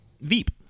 Veep